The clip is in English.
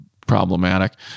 problematic